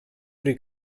would